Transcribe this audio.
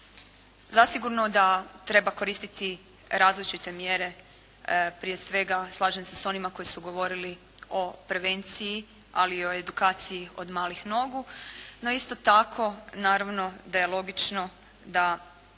Zasigurno da treba koristiti različite mjere, prije svega slažem se s onima koji su govorili o prevenciji, ali i o edukaciji od malih nogu, no isto tako naravno da je logično da